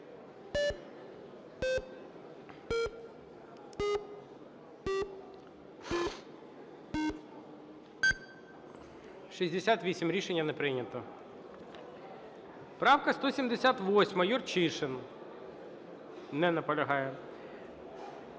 За-68 Рішення не прийнято. Правка 178, Юрчишин. Не наполягає.